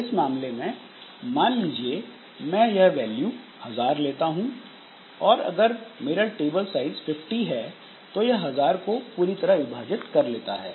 इस मामले में मान लीजिए मैं यह वैल्यू हजार लेता हूं और अगर मेरा टेबल साइज 50 है तो यह हजार को पूरी तरह विभाजित कर लेता है